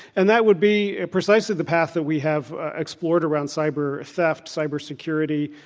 and that would be precisely the path that we have explored around cyber theft, cyber security,